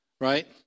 right